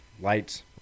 Lights